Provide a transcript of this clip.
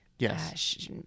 Yes